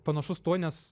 panašus tuo nes